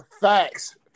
Facts